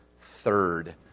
third